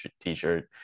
t-shirt